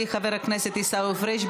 מחבר הכנסת עיסאווי פריג'.